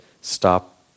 stop